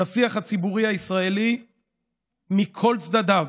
בשיח הציבורי הישראלי מכל צדדיו,